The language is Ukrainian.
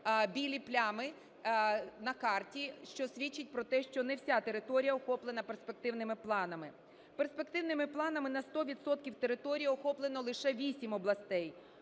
білі плями на карті, що свідчить про те, що не вся територія охоплена перспективними планами. Перспективними планами на 100 відсотків території охоплено лише 8 областей: